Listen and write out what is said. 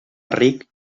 ric